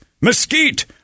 mesquite